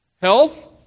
Health